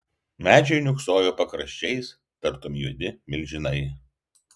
medžiai niūksojo pakraščiais tartum juodi milžinai